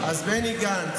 אז בני גנץ,